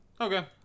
Okay